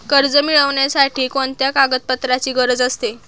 कर्ज मिळविण्यासाठी कोणत्या कागदपत्रांची गरज असते?